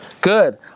Good